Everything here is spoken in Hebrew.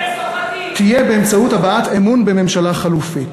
תהיה באמצעות הבעת אמון בממשלה חלופית.